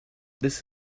this